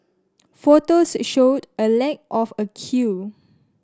photos showed a lack of a queue